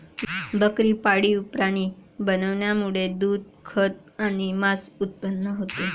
बकरी पाळीव प्राणी बनवण्यामुळे दूध, खत आणि मांस उत्पन्न होते